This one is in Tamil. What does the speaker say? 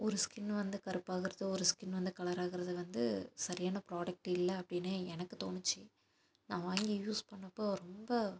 ஒரு ஸ்கின் வந்து கருப்பாகிறது ஒரு ஸ்கின் வந்து கலராகிறது வந்து சரியான ப்ராடக்ட் இல்லை அப்படின்னே எனக்கு தோணுச்சு நான் வாங்கி யூஸ் பண்ணப்போ ரொம்ப